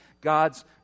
God's